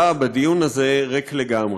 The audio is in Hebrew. הממשלה בדיון הזה ריק לגמרי,